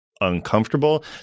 uncomfortable